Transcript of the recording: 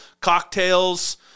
cocktails